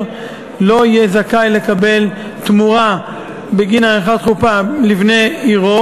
לא יהיה זכאי לקבל תמורה בגין עריכת חופה לבני עירו.